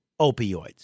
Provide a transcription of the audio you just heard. opioids